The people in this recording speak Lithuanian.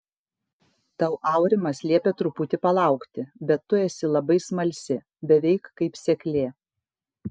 tau aurimas liepė truputį palaukti bet tu esi labai smalsi beveik kaip seklė